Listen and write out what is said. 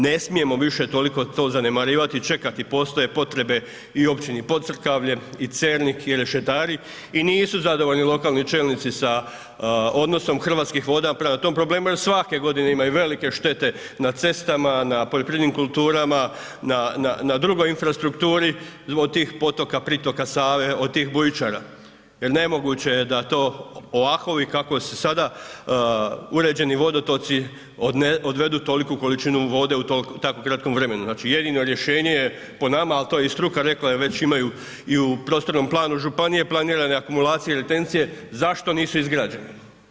Ne smijemo više toliko to zanemarivati i čekati, postoje potrebe i općini Pocrkavlje i Cernik i Rešetari i nisu zadovoljni lokalni čelnici sa odnosnom Hrvatskih voda prema tom problemu jer svake godine imaju velike štete na cestama, na poljoprivrednim kulturama, na drugoj infrastrukturi od tih potoka, pritoka Save, od tih bujičara jer nemoguće je da to ovako kako su sada uređeni vodotoci, odvedu toliku količine vode u tako kratkom vremenu, znači jedino rješenje je po nama ali to je i struka rekla, već imaju i u prostornom planu županije, planirane akumulacije retencije, zašto nisu izgrađene?